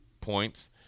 points